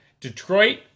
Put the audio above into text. Detroit